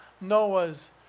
Noah's